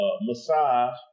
massage